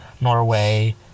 Norway